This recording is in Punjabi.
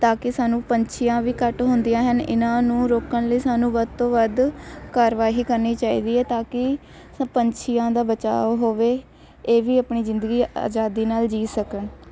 ਤਾਂ ਕਿ ਸਾਨੂੰ ਪੰਛੀਆਂ ਵੀ ਘੱਟ ਹੁੰਦੀਆਂ ਹਨ ਇਹਨਾਂ ਨੂੰ ਰੋਕਣ ਲਈ ਸਾਨੂੰ ਵੱਧ ਤੋਂ ਵੱਧ ਕਾਰਵਾਈ ਕਰਨੀ ਚਾਹੀਦੀ ਹੈ ਤਾਂ ਕੀ ਪੰਛੀਆਂ ਦਾ ਬਚਾਅ ਹੋਵੇ ਇਹ ਵੀ ਆਪਣੀ ਜ਼ਿੰਦਗੀ ਆਜ਼ਾਦੀ ਨਾਲ ਜੀਅ ਸਕਣ